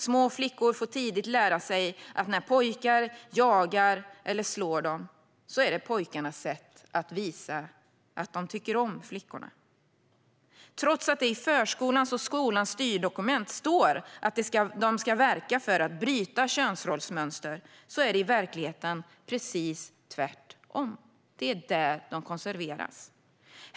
Små flickor får tidigt lära sig att när pojkar jagar eller slår dem så är det pojkarnas sätt att visa att de tycker om flickorna. Trots att det i förskolans och skolans styrdokument står att de ska verka för att bryta könsrollsmönster är det i verkligheten precis tvärtom - det är där de konserveras.